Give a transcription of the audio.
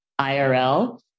IRL